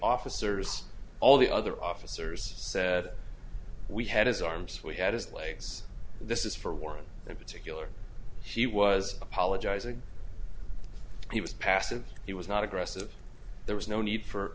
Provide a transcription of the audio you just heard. officers all the other officers said we had his arms we had his legs this is for warren in particular she was apologizing he was passive he was not aggressive there was no need for